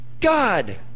God